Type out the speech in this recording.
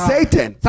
Satan